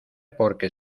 porque